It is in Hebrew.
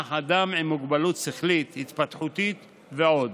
במונח "אדם עם מוגבלות שכלית-התפתחותית" ועוד.